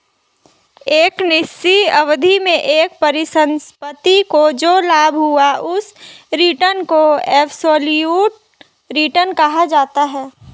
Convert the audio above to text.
एक निश्चित अवधि में एक परिसंपत्ति को जो लाभ हुआ उस रिटर्न को एबसोल्यूट रिटर्न कहा जाता है